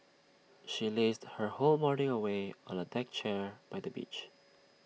she lazed her whole morning away on A deck chair by the beach